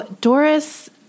Doris